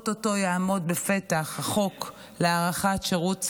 או-טו-טו יעמוד בפתח החוק להארכת שירות סדיר,